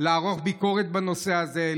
לערוך ביקורת בנושא הזה,